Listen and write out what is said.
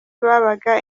babaga